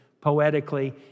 poetically